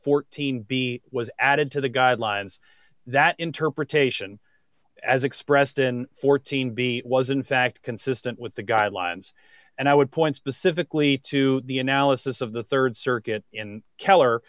fourteen b was added to the guidelines that interpretation as expressed in fourteen b was in fact consistent with the guidelines and i would point specifically to the analysis of the rd circuit in keller